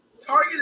Target